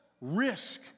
risk